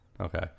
okay